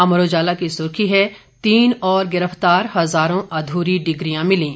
अमर उजाला की सुर्खी है तीन और गिरफ्तार हजारों अधूरी डिग्रियां मिलीं